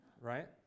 Right